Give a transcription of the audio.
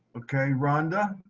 okay, rhonda.